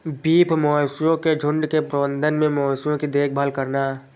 beef मवेशियों के झुंड के प्रबंधन में मवेशियों की देखभाल करना